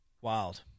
wild